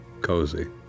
cozy